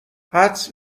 حدس